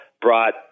brought